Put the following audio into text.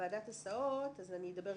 כאשר כרגע הסעיף של ועדת ההסעות תלוש.